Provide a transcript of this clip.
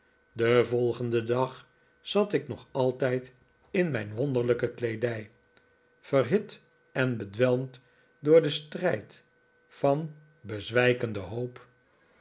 den volgenden dag zat ik nog altijd in mijn wonderlijke kleedij verhit en bedwelmd door den strijd vaji bezwijkende hoop